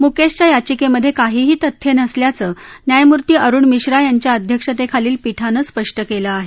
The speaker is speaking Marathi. म्केशच्या याचिकेमधे काहीही तथ्य नसल्याचं न्यायमूर्ती अरुण मिश्रा यांच्या अध्यक्षतेखालील पीठानं स्पष्ट केलं आहे